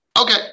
okay